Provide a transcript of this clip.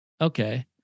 Okay